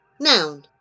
Noun